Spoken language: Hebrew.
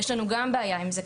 יש לנו גם בעיה עם זה,